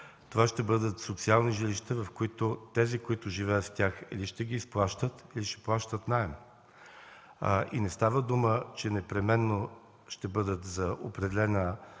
Това ще бъдат социални жилища и живеещите в тях или ще ги изплащат, или ще плащат наем. И не става дума, че непременно ще бъдат за определена